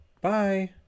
Bye